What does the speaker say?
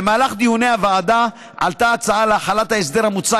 במהלך דיוני הוועדה עלתה הצעה על החלת ההסדר המוצע